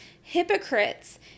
hypocrites